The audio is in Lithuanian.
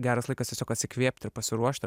geras laikas tiesiog atsikvėpti ir pasiruošti